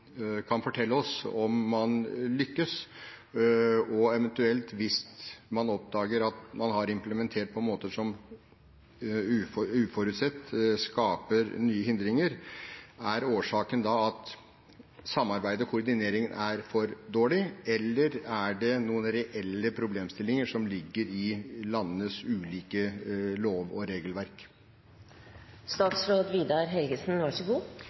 kan fortelle oss om man lykkes? Hvis man eventuelt oppdager at man har implementert på måter som uforutsett skaper nye hindringer, er årsaken da at samarbeid og koordinering er for dårlig, eller er det noen reelle problemstillinger som ligger i landenes ulike lover og regelverk?